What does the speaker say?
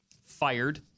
fired